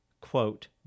Quote